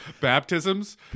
baptisms